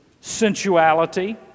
sensuality